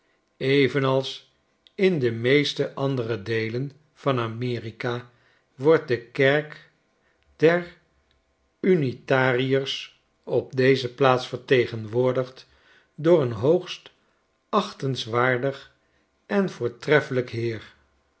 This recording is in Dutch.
evenals in de meeste andere deelen van a m e r i k a wordt de kerk der unitariers op deze plaats vertegenwoordigt door een hoogst achtingswaardig en voortreffelijk heer